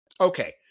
Okay